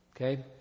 Okay